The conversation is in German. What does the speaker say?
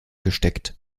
gesteckt